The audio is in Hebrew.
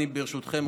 ברשותכם,